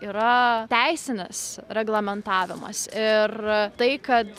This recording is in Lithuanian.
yra teisinis reglamentavimas ir tai kad